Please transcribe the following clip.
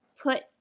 put